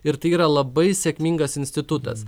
ir tai yra labai sėkmingas institutas